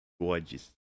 Gorgeous